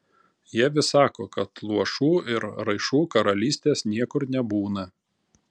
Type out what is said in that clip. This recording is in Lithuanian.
jie vis sako kad luošų ir raišų karalystės niekur nebūna